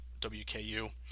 WKU